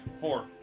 Four